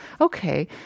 Okay